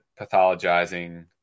pathologizing